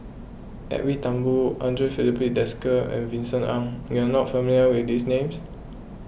Edwin Thumboo andre Filipe Desker and Vincent Ng you are not familiar with these names